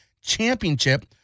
championship